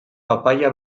papaia